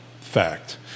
fact